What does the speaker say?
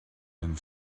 and